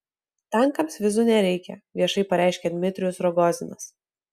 tankams vizų nereikia viešai pareiškia dmitrijus rogozinas